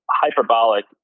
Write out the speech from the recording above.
hyperbolic